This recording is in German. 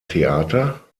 theater